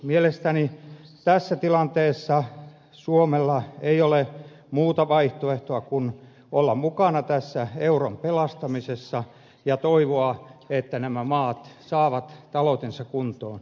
mielestäni tässä tilanteessa suomella ei ole muuta vaihtoehtoa kuin olla mukana tässä euron pelastamisessa ja toivoa että nämä maat saavat taloutensa kuntoon